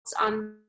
on